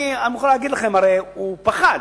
אני מוכן להגיד לכם, הרי הוא פחד.